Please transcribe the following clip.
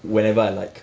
whenever I like